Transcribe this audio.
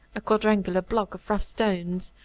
a quadrangular block of rough stones,